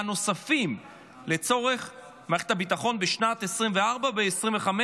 נוספים לצורך מערכת הביטחון בשנת 2024 ו-2025,